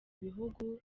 bihugu